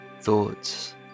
thoughts